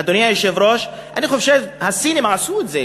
אדוני היושב-ראש, אני חושב, הסינים עשו את זה,